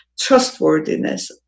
trustworthiness